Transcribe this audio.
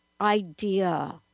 idea